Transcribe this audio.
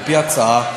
על-פי ההצעה,